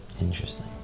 Interesting